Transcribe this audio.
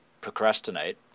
procrastinate